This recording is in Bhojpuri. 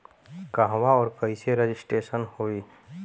कहवा और कईसे रजिटेशन होई?